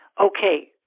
okay